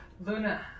Luna